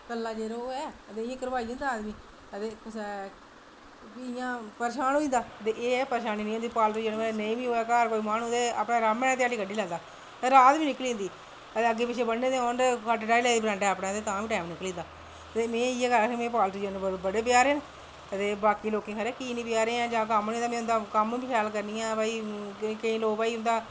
कल्ला जे होऐ ते घबराई जंदा आदमी ते इयां परेशान होई जंदा ते इयां परेशानी नी होंदा पालतू जानवरें नै कोई नेईं होऐ माहनू ते अरामै नै ध्याड़ी कड्ढी लैंदा रात बी निकली जंदी अग्गैं पिच्छें बन्ने दे होन ते खट्ट डाही लैत्ती बरांडै ते तां बी टैम निकली जंदा ते में इयै आखनी में पालतू जानवर बड़े प्यारे न ते बाकी लोकें गी पता नी कीह् नी प्यारे न में उंदी कम्म बी शैल करनी आं भाई केईं लोग भाई उंदा